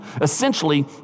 Essentially